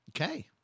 Okay